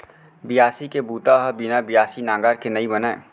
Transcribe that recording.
बियासी के बूता ह बिना बियासी नांगर के नइ बनय